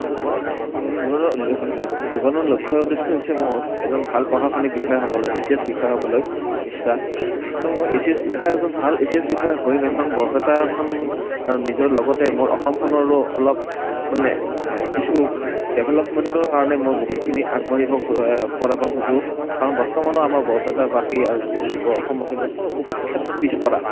মই জীৱনৰ জীৱনৰ লক্ষ্য উদেশ্য হৈছে মোৰ এজন ভাল প্ৰশাসনিক বিষয়া হ'বলৈ এ চি এছ বিষয়া হ'বলৈ ইচ্ছা ত' মই এ চি এছ বিষয়া এজন ভাল এ চি এছ বিষয়া হৈ এখন বৰপেটাখন নিজৰ লগতে মোৰ অসমখনৰো অলপ মানে কিছু ডেভেলপমেণ্টৰ কাৰণে মই বহুতখিনি আগবাঢ়িব কৰিব খুজোঁ কাৰণ বৰ্তমানৰ আমাৰ বৰপেটাবাসী আৰু অসমবাসী বৰ্তমান বহুত ক্ষেত্ৰত পিছ পৰা